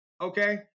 Okay